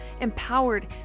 empowered